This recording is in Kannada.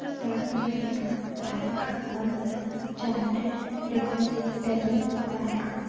ಸಾರ್ವಜನಿಕ ಬ್ಯಾಂಕ್ ಒಂದ ಚಾರ್ಟರ್ಡ್ ಡಿಪಾಸಿಟರಿ ಬ್ಯಾಂಕ್